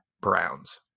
Browns